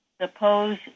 suppose